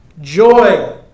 joy